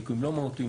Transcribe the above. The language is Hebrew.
ליקויים לא מהותיים,